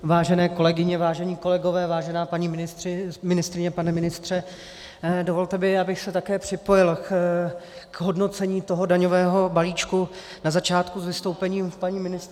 Vážené kolegyně, vážení kolegové, vážená paní ministryně, pane ministře, dovolte mi, abych se také připojil k hodnocení daňového balíčku na začátku s vystoupením paní ministryně.